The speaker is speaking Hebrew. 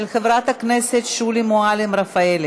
של חברת הכנסת שולי מועלם-רפאלי.